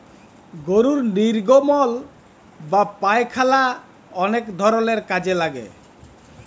গরুর লির্গমল বা পায়খালা অলেক ধরলের কাজে লাগে